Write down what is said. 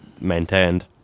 maintained